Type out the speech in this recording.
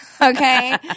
Okay